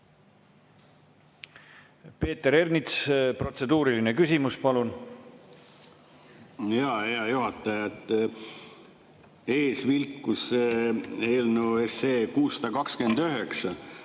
Peeter Ernits, protseduuriline küsimus, palun! Hea juhataja! Ees vilkus eelnõu 629.